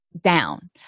down